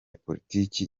politiki